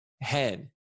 head